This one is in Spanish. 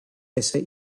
ese